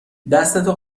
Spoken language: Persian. دستتو